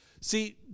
See